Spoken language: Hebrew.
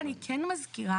אני כן מזכירה,